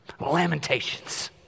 Lamentations